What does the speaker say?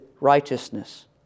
righteousness